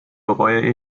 bereue